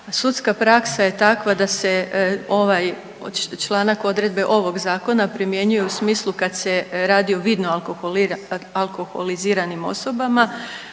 sudska praksa je takva da se ovaj članak odredbe ovog zakona primjenjuje u smislu kad se radi o vidno alkoholiziranim osobama